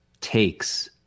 takes